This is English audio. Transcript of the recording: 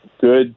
good